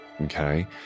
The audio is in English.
okay